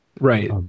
Right